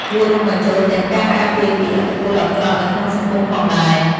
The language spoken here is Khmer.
វារួមបញ្ចូលទាំងការការពារពីឥទ្ធិពលអាក្រក់នៅក្នុងសង្គមផងដែរ។